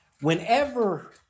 Whenever